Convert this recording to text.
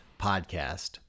podcast